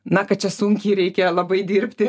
na kad čia sunkiai reikia labai dirbti